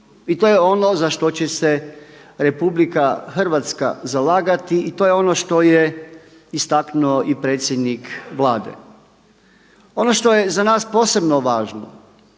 I to je ono za što će se RH zalagati i to je ono što je istaknuo i predsjednik Vlade. Ono što je za nas posebno važno